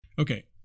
Okay